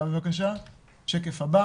השקף הבא